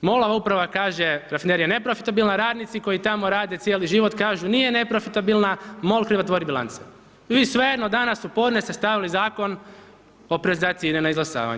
MOL-a uprava kaže rafinerija neprofitabilna, radnici koji tamo rade cijeli život kažu nije neprofitabilna, MOL krivotvori bilancu, vi svejedno danas u podne ste stavili Zakon o privatizaciji INE na izglasavanje.